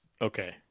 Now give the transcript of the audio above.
Okay